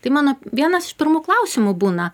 tai mano vienas iš pirmų klausimų būna